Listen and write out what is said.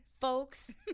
Folks